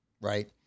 right